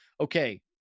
okay